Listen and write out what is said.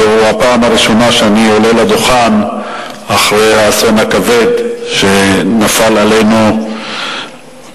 זו הפעם הראשונה שאני עולה לדוכן אחרי האסון הכבד שנפל עלינו לאחרונה,